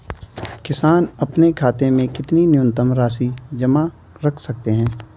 किसान अपने खाते में कितनी न्यूनतम धनराशि जमा रख सकते हैं?